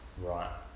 Right